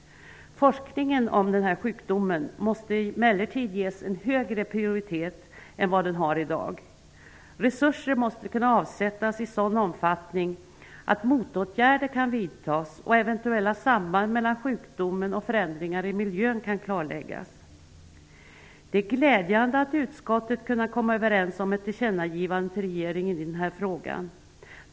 Forskningen om denna sjukdom måste emellertid ges en högre prioritet än vad den har i dag. Resurser måste kunna avsättas i sådan omfattning att motåtgärder kan vidtas och eventulla samband mellan sjukdomen och förändringar i miljön kan klarläggas. Det är glädjande att utskottet har kunnat komma överens om ett tillkännagivande till regeringen i den här frågan.